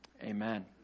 amen